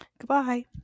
Goodbye